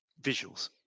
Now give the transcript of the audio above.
Visuals